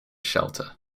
shelter